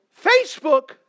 Facebook